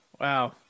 Wow